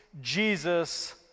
Jesus